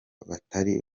batari